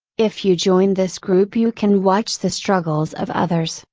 if you join this group you can watch the struggles of others,